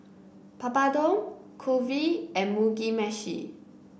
Papadum Kulfi and Mugi Meshi